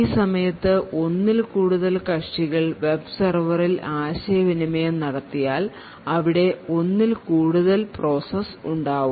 ഈ സമയത്തു ഒന്നിൽ കൂടുതൽ കക്ഷികൾ വെബ് സെർവർ ഇൽ ആശയവിനിമയം നടത്തിയാൽ അവിടെ ഒന്നിൽ കൂടുതൽ പ്രോസസ്സ് ഉണ്ടാവും